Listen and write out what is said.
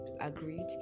agreed